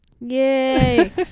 Yay